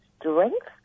strength